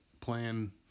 plan